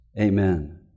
amen